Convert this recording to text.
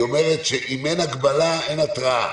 היא אומרת שאם אין הגבלה אין התראה.